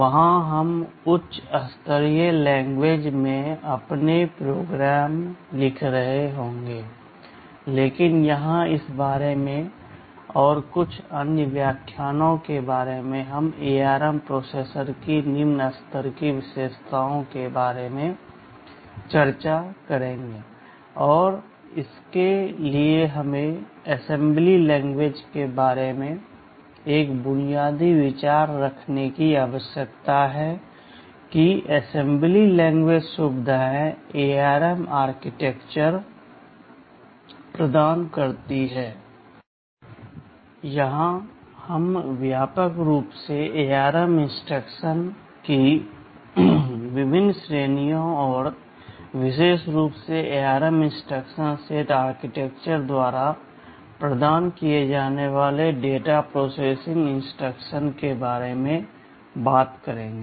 वहाँ हम उच्च स्तरीय लैंग्वेज में अपने प्रोग्राम लिख रहे होंगे लेकिन यहाँ इस बारे में और कुछ अन्य व्याख्यानों के बारे में हम ARM प्रोसेसर की निम्न स्तर की विशेषताओं के बारे में चर्चा करेंगे और इसके लिए हमें असेंबली लैंग्वेज के बारे में एक बुनियादी विचार रखने की आवश्यकता है कि असेंबली लैंग्वेज सुविधाएँ ARM आर्किटेक्चर प्रदान करता है यहाँ हम व्यापक रूप से ARM इंस्ट्रक्शन की विभिन्न श्रेणियों और विशेष रूप से ARM इंस्ट्रक्शन सेट आर्किटेक्चर द्वारा प्रदान किए जाने वाले डेटा प्रोसेसिंग इंस्ट्रक्शन के बारे में बात करेंगे